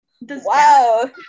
Wow